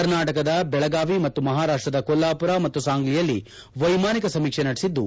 ಕರ್ನಾಟಕದ ಬೆಳಗಾವಿ ಮತ್ತು ಮಹಾರಾಷ್ಟದ ಕೊಲ್ಲಾಪುರ ಮತ್ತು ಸಾಂಗ್ಲಿಯಲ್ಲಿ ವೈಮಾನಿಕ ಸಮೀಕ್ಷೆ ನಡೆಸಿದ್ದು